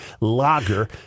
lager